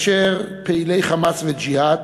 כאשר פעילי "חמאס" ו"ג'יהאד"